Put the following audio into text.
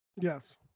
Yes